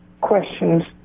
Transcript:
questions